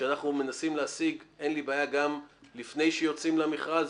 שאנחנו מנשים להשיג אין לי בעיה גם לפני שיוצאים למכרז,